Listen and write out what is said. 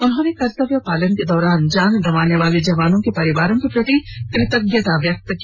उन्होंने कर्तव्य पालन के दौरान जान गंवाने वाले जवानों के परिवारों के प्रति कृतज्ञता व्यबक्त की